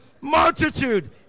multitude